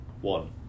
One